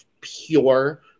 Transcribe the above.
pure